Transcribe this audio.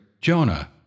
Jonah